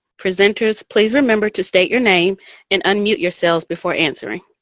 presenters, please remember to state your name and unmute yourselves before answering.